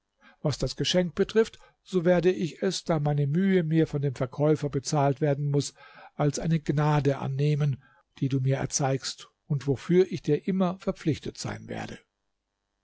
was das geschenk betrifft so werde ich es da meine mühe mir von dem verkäufer bezahlt werden muß als eine gnade annehmen die du mir erzeigst und wofür ich dir immer verpflichtet sein werde